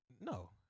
No